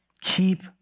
Keep